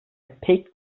pek